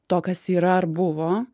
to kas yra ar buvo